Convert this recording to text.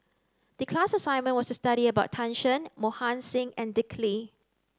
the class assignment was to study about Tan Shen Mohan Singh and Dick Lee